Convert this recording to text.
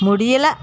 முடியலை